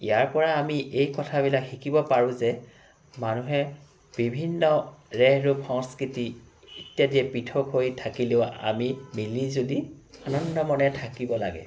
ইয়াৰ পৰা আমি এই কথাবিলাক শিকিব পাৰোঁ যে মানুহে বিভিন্ন ৰেহ ৰূপ সংস্কৃতি ইত্যাদি পৃথক হৈ থাকিলেও আমি মিলি জুলি আনন্দ মনে থাকিব লাগে